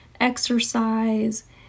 exercise